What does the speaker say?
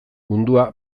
mundua